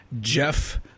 Jeff